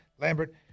Lambert